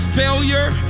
failure